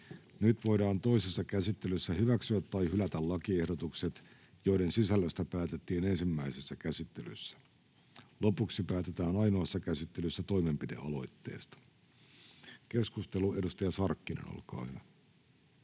Nyt voidaan toisessa käsittelyssä hyväksyä tai hylätä lakiehdotukset, joiden sisällöstä päätettiin ensimmäisessä käsittelyssä. Lopuksi päätetään ainoassa käsittelyssä toimenpidealoitteesta. — Keskustelu, edustaja Sarkkinen, olkaa hyvä.